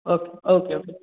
okay okay okay